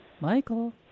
Michael